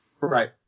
Right